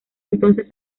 entonces